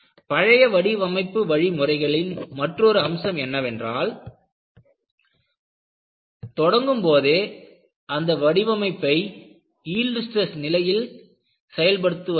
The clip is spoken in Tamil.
பழைய வடிவமைப்பு வழிமுறைகளின் மற்றொரு அம்சம் என்னவென்றால் தொடங்கும் போதே அந்த வடிவமைப்பை யீல்டு ஸ்ட்ரெஸ் நிலையில் செயல்படுத்தப் படுவதில்லை